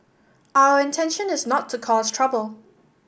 our intention is not to cause trouble